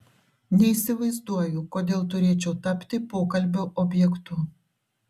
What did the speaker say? neįsivaizduoju kodėl turėčiau tapti pokalbio objektu